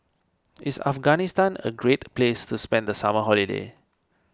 is Afghanistan a great place to spend the summer holiday